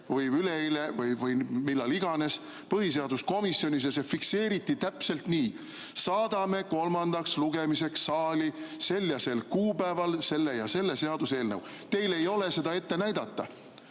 või üleeile või millal iganes põhiseaduskomisjonis ja see fikseeriti täpselt nii: saadame kolmandaks lugemiseks saali sel ja sel kuupäeval selle ja selle seaduseelnõu. Teil ei ole seda ette näidata.